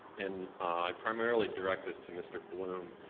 and i primarily direct this to mr. bloom,